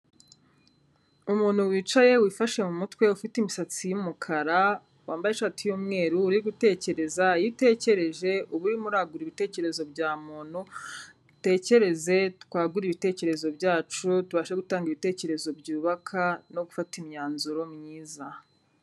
Umuntu wicaye, wifashe mu mutwe, ufite imisatsi y'umukara, wambaye ishati y'umweru, uri gutekereza, iyo utekereje uba urimo uragura ibitekerezo bya muntu, dutekereze, twagure ibitekerezo byacu, tubashe gutanga ibitekerezo byubaka no gufata imyanzuro myiza.